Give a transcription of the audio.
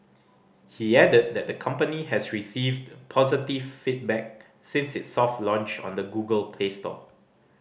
he added that the company has received positive feedback since its soft launch on the Google Play store